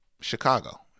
Chicago